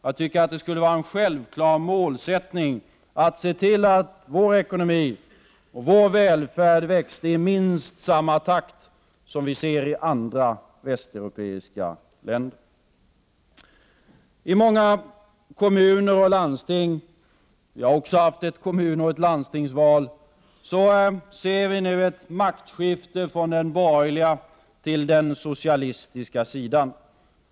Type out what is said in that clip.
Jag tycker att det borde vara en självklar målsättning att se till att vår ekonomi och vår välfärd växer i minst samma takt som andra västeuropeiska länders. Vid kommunaloch landstingsvalet skedde det i många kommuner och landsting ett maktskifte från den borgerliga till den socialistiska sidan.